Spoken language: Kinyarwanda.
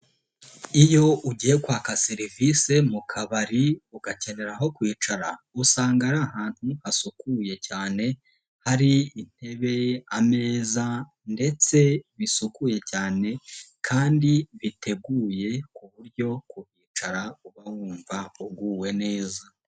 Iyo ugiye kwaka serivisi mu kabari ugakenera aho kwicara usanga ari ahantu hasukuye cyane, hari intebe ,ameza ndetse bisukuye cyane kandi biteguye ku buryo kuhicara uba wumva uguwe neza.